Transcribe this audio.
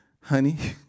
honey